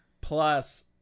plus